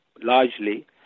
largely